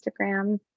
Instagram